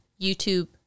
youtube